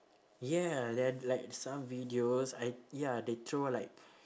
ya there are like some videos I ya they throw like